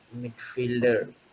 midfielder